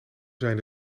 zijn